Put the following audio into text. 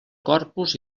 corpus